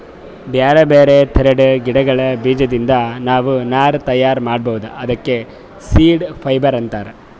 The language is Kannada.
ಬ್ಯಾರೆ ಬ್ಯಾರೆ ಥರದ್ ಗಿಡಗಳ್ ಬೀಜದಿಂದ್ ನಾವ್ ನಾರ್ ತಯಾರ್ ಮಾಡ್ಬಹುದ್ ಅದಕ್ಕ ಸೀಡ್ ಫೈಬರ್ ಅಂತಾರ್